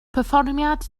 perfformiad